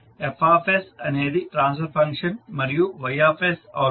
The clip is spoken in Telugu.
F అనేది ట్రాన్స్ఫర్ ఫంక్షన్ మరియు Y అవుట్పుట్